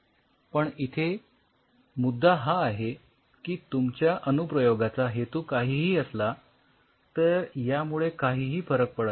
पण इथे मुद्दा हा आहे की तुमच्या अनुप्रयोगाचा हेतू काहीही असला तर यामुळे काहीही फरक पडत नाही